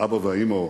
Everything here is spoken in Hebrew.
האבא או האמא,